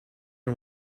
and